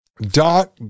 dot